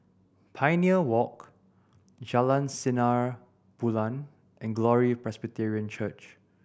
Pioneer Walk Jalan Sinar Bulan and Glory Presbyterian Church